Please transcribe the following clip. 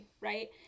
right